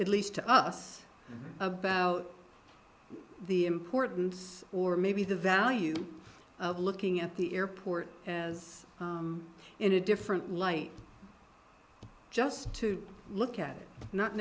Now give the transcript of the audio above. at least to us about the importance or maybe the value of looking at the airport as in a different light just to look at it not